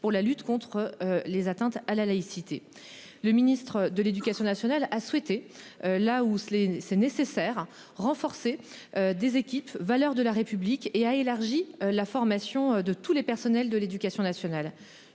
pour la lutte contre les atteintes à la laïcité, le ministre de l'Éducation nationale a souhaité la les c'est nécessaire renforcer. Des équipes valeurs de la République et a élargi la formation de tous les personnels de l'Éducation nationale,